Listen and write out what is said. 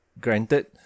Granted